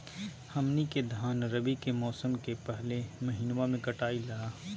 हमनी के धान रवि के मौसम के पहले महिनवा में कटाई ला